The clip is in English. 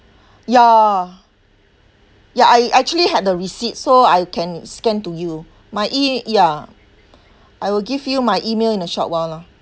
ya ya I actually had the receipt so I can scan to you my E~ ya I will give you my E-mail in a short while lah